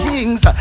Kings